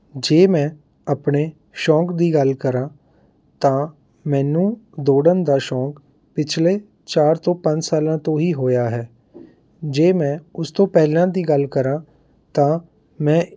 ਜੇ ਮੈਂ ਆਪਣੇ ਸ਼ੌਂਕ ਦੀ ਗੱਲ ਕਰਾਂ ਤਾਂ ਮੈਨੂੰ ਦੌੜਨ ਦਾ ਸ਼ੌਂਕ ਪਿਛਲੇ ਚਾਰ ਤੋਂ ਪੰਜ ਸਾਲਾਂ ਤੋਂ ਹੀ ਹੋਇਆ ਹੈ ਜੇ ਮੈਂ ਉਸ ਤੋਂ ਪਹਿਲਾਂ ਦੀ ਗੱਲ ਕਰਾਂ ਤਾਂ ਮੈਂ